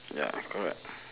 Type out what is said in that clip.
ya correct